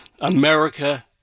America